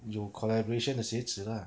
有 collaboration 的鞋子 lah